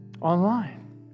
online